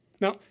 Now